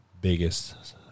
biggest